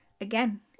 again